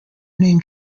name